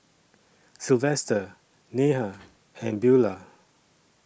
Silvester Neha and Beula